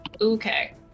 Okay